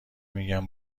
میگن